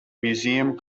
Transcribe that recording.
museum